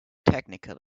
technical